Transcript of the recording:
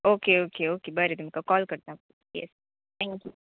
okay okay okay बरें तुमकां call करतां येस थँक्यू